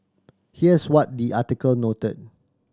here's what the article noted